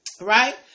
right